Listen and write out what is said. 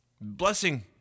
blessing